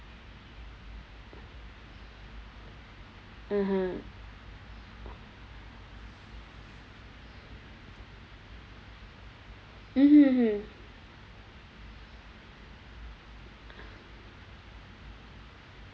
(uh huh) mmhmm mm